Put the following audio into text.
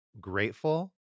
grateful